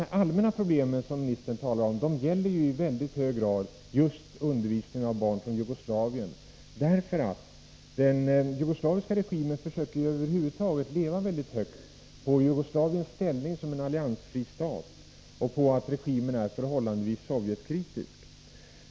De allmänna problem som ministern talade om gäller ju i mycket hög grad just undervisningen av barn från Jugoslavien, därför att den jugoslaviska regimen ju över huvud taget försöker leva högt på Jugoslaviens ställning som alliansfri stat och på att regimen är förhållandevis sovjetkritisk.